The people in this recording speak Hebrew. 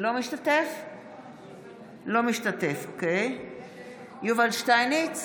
אינו משתתף בהצבעה יובל שטייניץ,